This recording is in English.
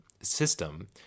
system